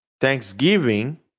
Thanksgiving